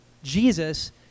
jesus